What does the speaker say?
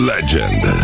Legend